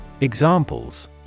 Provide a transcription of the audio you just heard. Examples